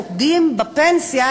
פוגעים בפנסיה,